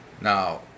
Now